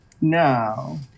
No